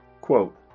Quote